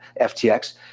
FTX